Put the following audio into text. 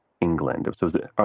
England